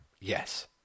Yes